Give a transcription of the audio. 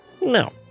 no